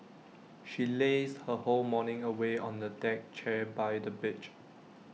she lazed her whole morning away on the deck chair by the beach